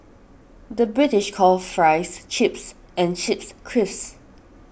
the British calls Fries Chips and Chips Crisps